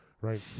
Right